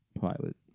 pilot